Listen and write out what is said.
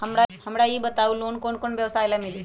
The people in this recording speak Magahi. हमरा ई बताऊ लोन कौन कौन व्यवसाय ला मिली?